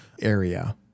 area